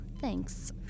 thanks